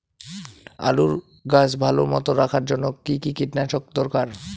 আলুর গাছ ভালো মতো রাখার জন্য কী কী কীটনাশক দরকার?